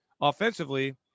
offensively